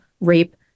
rape